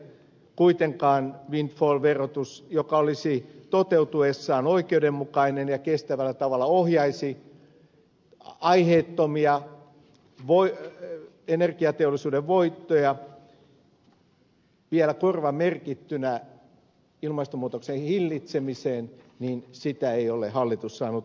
kuitenkaan windfall verotusta joka olisi toteutuessaan oikeudenmukainen ja kestävällä tavalla ohjaisi aiheettomia energiateollisuuden voittoja vielä korvamerkittyinä ilmastonmuutoksen hillitsemiseen ei ole hallitus saanut aikaiseksi